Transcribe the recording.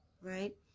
Right